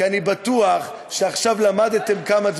כי אני בטוח שעכשיו למדתם כמה דברים,